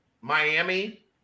Miami